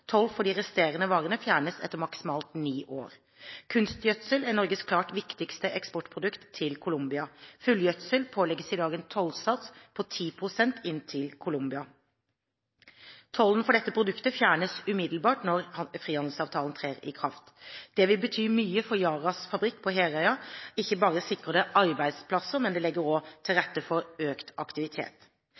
Toll for de resterende varene fjernes etter maksimalt ni år. Kunstgjødsel er Norges klart viktigste eksportprodukt til Colombia. Fullgjødsel pålegges i dag en tollsats på 10 pst. inn til Colombia. Tollen for dette produktet fjernes umiddelbart når frihandelsavtalen trer i kraft. Det vil bety mye for Yaras fabrikk på Herøya. Ikke bare sikrer det arbeidsplasser, men det legger også til rette for økt aktivitet.